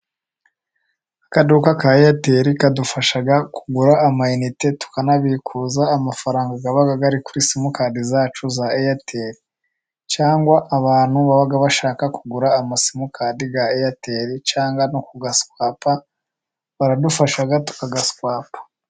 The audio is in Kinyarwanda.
Akaduka ka eyateli kadufasha kugura amayinite tukanabikuza amafaranga aba ari kuri simucadi zacu za eyateli. Cyangwa abantu baba bashaka kugura amasimukadi ya eyateli , cyangwa no ku gaswapa baradufasha tukagashwapa.